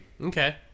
okay